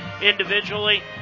Individually